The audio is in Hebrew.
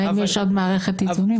והאם יש עוד מערכת איזונים.